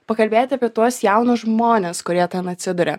pakalbėti apie tuos jaunus žmones kurie ten atsiduria